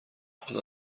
خدا